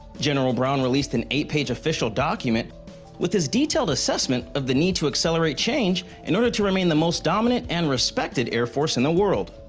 general brown released an eight-page official document with his detailed assessment of the need to accelerate change in order to remain the most dominant and respected air force in the world.